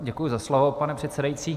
Děkuji za slovo, pane předsedající.